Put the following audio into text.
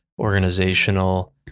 organizational